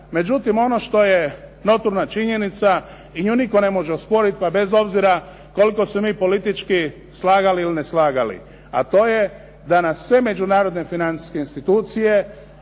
Međutim, ono što je notorna činjenica i nju nitko ne može osporiti i bez obzira koliko se mi politički slagali ili ne slagali. A to je da nas sve međunarodne financijske institucije